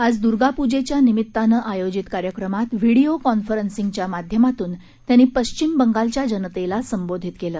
आज दुर्गापुजेच्या निमित्तानं आयोजीत कार्यक्रमात व्हिडिओ कॉफरंसिंगच्या माध्यामातून त्यांनी पश्चिम बंगालच्या जनतेला संबोधित केलं